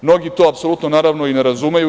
Mnogi to apsolutno, naravno, i ne razumeju.